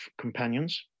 companions